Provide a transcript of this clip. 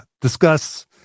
discuss